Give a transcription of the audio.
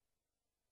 אז למה לא השמדתם